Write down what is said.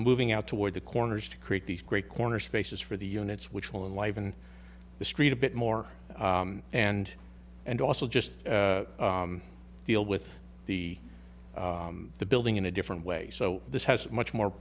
moving out toward the corners to create these great corner spaces for the units which will and live in the street a bit more and and also just deal with the the building in a different way so this has much more